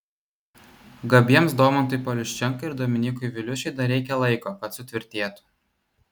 gabiems domantui pauliuščenkai ir dominykui viliušiui dar reikia laiko kad sutvirtėtų